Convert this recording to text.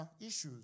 issues